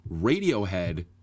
Radiohead